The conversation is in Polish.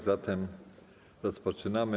Zatem rozpoczynamy.